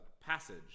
passage